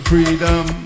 freedom